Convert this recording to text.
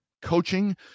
coaching